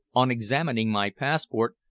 on examining my passport,